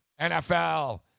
NFL